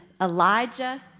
Elijah